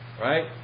Right